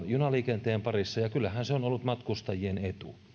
junaliikenteen parissa ja kyllähän se on ollut matkustajien etu